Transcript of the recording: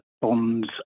bonds